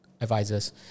advisors